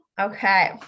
Okay